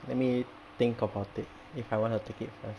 let me think about it if I want to take it first